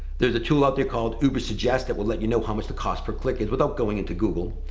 there's a tool out there called ubersuggest that will let you know how much the cost per click is without going into google.